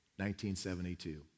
1972